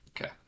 Okay